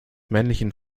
männlichen